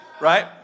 right